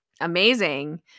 amazing